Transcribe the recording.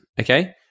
okay